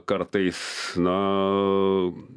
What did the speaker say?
kartais na